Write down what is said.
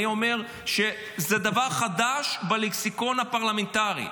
אני אומר שזה דבר חדש בלקסיקון הפרלמנטרי.